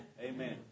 Amen